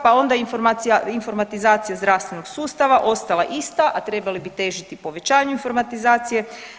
Pa onda informatizacija zdravstvenog sustava ostala ista, a trebali bi težiti povećanju informatizacije.